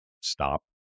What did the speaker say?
stop